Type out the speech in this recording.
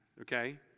okay